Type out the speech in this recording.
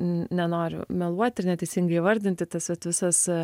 nenoriu meluoti ir neteisingai įvardinti tas visas